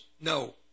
no